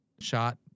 shot